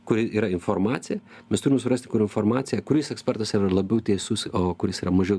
kuri yra informacija mes turim surast informaciją kuris ekspertas yra labiau teisus o kuris yra mažiau